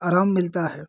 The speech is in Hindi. अराम मिलता है